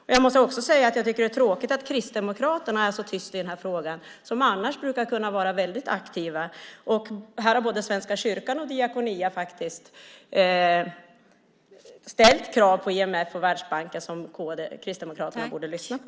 Det är också tråkigt att Kristdemokraterna är så tysta i frågan. De brukar annars vara aktiva. Här har både Svenska kyrkan och Diakonia ställt krav på IMF och Världsbanken som Kristdemokraterna borde lyssna på.